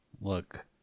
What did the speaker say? look